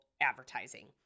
advertising